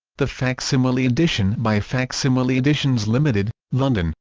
the facsimile edition by facsimile editions ltd, london,